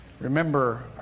remember